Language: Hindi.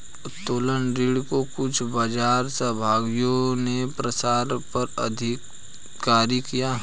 उत्तोलन ऋण को कुछ बाजार सहभागियों ने प्रसार पर आधारित किया